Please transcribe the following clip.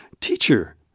Teacher